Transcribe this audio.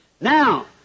Now